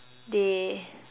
they